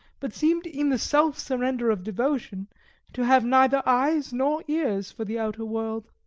but seemed in the self-surrender of devotion to have neither eyes nor ears for the outer world.